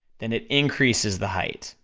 then it increases the height,